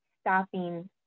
stopping